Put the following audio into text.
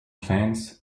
fans